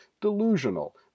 delusional